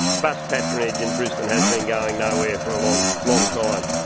but patronage in brisbane has been going nowhere for a long long time.